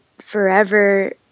Forever